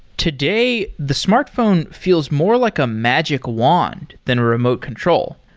today, the smartphone feels more like a magic wand than a remote control.